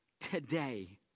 today